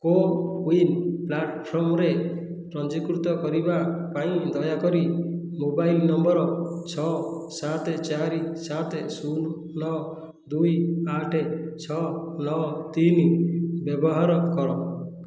CoWIN ପ୍ଲାଟଫର୍ମରେ ପଞ୍ଜୀକୃତ କରିବା ପାଇଁ ଦୟାକରି ମୋବାଇଲ ନମ୍ବର ଛଅ ସାତ ଚାରି ସାତ ଶୂନ ନଅ ଦୁଇ ଆଠ ଛଅ ନଅ ତିନି ବ୍ୟବହାର କର